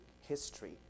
history